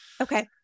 Okay